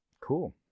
cool